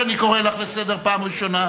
אני קורא לך לסדר פעם ראשונה.